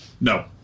no